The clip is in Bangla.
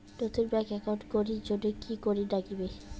নতুন ব্যাংক একাউন্ট করির জন্যে কি করিব নাগিবে?